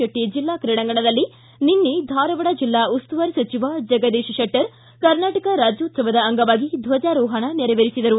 ಶೆಟ್ಟ ಜಿಲ್ಲಾ ಕ್ರೀಡಾಂಗಣದಲ್ಲಿ ನಿನ್ನೆ ಧಾರವಾಡ ಜಿಲ್ಲಾ ಉಸ್ತುವಾರಿ ಸಚಿವ ಜಗದೀಶ್ ಶೆಟ್ಟರ್ ಕರ್ನಾಟಕ ರಾಜ್ಯೋತ್ಸವದ ಧ್ವಜಾರೋಹಣ ನೇರವೆರಿಸಿದರು